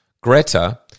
Greta